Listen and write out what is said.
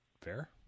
fair